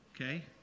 Okay